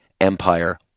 empire